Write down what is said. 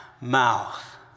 mouth